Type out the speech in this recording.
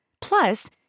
Plus